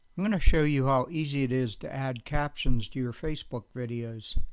i'm going to show you how easy it is to add captions to your facebook videos.